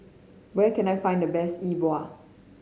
where can I find the best E Bua